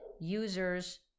users